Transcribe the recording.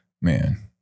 Man